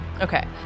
Okay